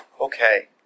Okay